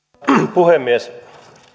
puhemies